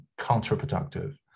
counterproductive